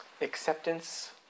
acceptance